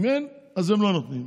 אם אין, הם לא נותנים.